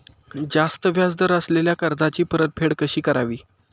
जास्त व्याज दर असलेल्या कर्जाची परतफेड कशी करावी?